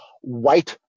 white